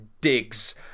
digs